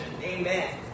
Amen